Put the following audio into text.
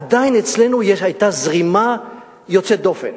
עדיין אצלנו היתה זרימה יוצאת דופן.